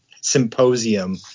symposium